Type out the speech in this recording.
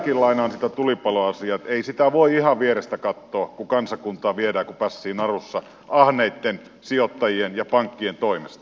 vieläkin lainaan sitä tulipaloasiaa että ei sitä voi ihan vierestä katsoa kun kansakuntaa viedään kuin pässiä narussa ahneitten sijoittajien ja pankkien toimesta